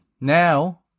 Now